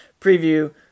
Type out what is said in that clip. preview